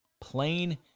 Plain